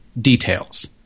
details